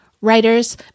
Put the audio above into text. Writers